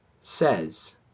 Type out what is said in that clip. says